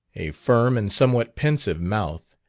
a firm and somewhat pensive mouth,